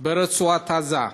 ברצועת-עזה.